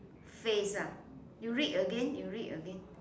phase ah you read again you read again